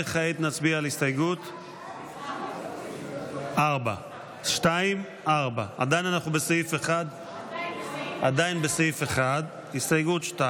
וכעת נצביע על הסתייגות 4. עדיין אנחנו בסעיף 1. הסתייגות מס'